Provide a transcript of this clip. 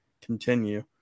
continue